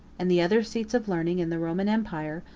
and the other seats of learning in the roman empire,